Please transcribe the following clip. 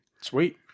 Sweet